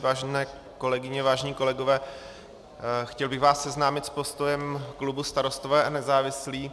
Vážené kolegyně, vážení kolegové, chtěl bych vás seznámit s postojem klubů Starostové a nezávislí.